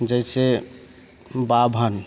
जैसे बाभन